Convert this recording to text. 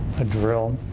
a drill,